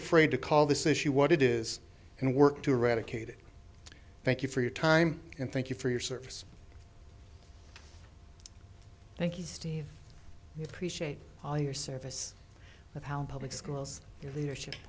afraid to call this issue what it is and work to eradicate it thank you for your time and thank you for your service thank you steve we appreciate all your service of how public schools your leadership